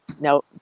no